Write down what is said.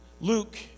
Luke